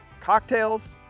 cocktails